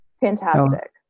Fantastic